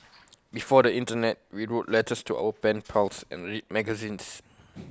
before the Internet we wrote letters to our pen pals and read magazines